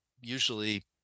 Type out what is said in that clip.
usually